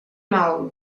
mal